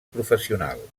professional